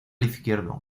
izquierdo